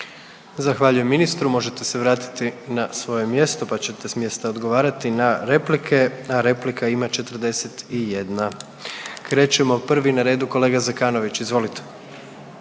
Zahvaljujem ministru, možete se vratiti na svoje mjesto pa ćete s mjesta odgovarati na replike, a replika ima 41. Krećemo, prvi na redu kolega Zekanović, izvolite.